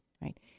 Right